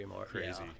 Crazy